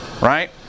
right